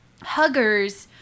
huggers